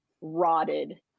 rotted